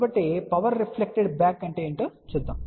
కాబట్టి power reflected back అంటే ఏమిటో చూద్దాం